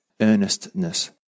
earnestness